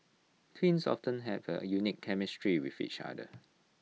twins often have A unique chemistry with each other